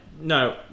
No